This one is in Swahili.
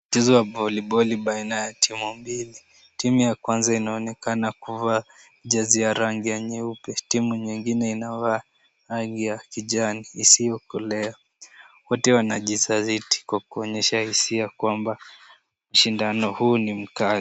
Mchezo wa voliboli baina ya timu mbili. Timu ya kwanza inaonekana kuvaa jezi ya rangi ya nyeupe. Timu nyingine inavaa rangi ya kijani isiyokolea. Wote wanajizatiti kwa kuonyesha hisia kwamba shindano huu ni mkali.